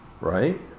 Right